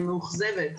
מאוכזבת,